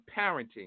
parenting